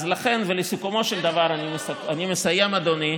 אז לכן, ולסיכומו של דבר, אני מסיים, אדוני,